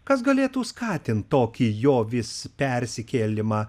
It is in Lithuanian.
kas galėtų skatint tokį jo vis persikėlimą